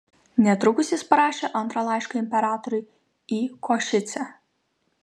netrukus jis parašė antrą laišką imperatoriui į košicę